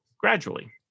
gradually